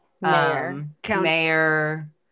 mayor